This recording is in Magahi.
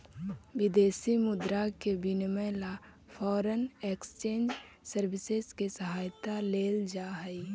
विदेशी मुद्रा के विनिमय ला फॉरेन एक्सचेंज सर्विसेस के सहायता लेल जा हई